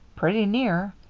pretty near.